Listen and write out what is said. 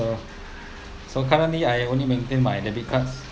so currently I only maintain my debit cards